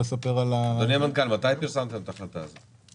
אדוני המנכ"ל, מתי פרסמתם את החלטת הזאת?